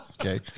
Okay